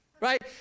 right